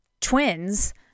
twins